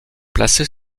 placée